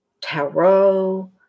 Tarot